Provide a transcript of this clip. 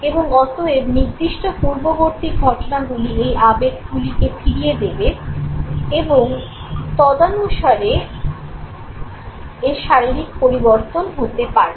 এবং অতএব নির্দিষ্ট পূর্ববর্তী ঘটনাগুলি এই আবেগগুলিকে ফিরিয়ে দেবে এবং তদনুসারে শারীরিক পরিবর্তন হতে পারে